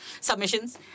submissions